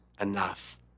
enough